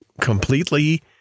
completely